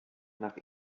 nach